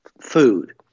food